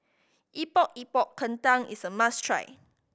Epok Epok Kentang is a must try